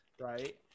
right